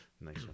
Nice